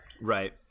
right